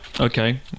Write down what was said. Okay